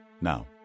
Now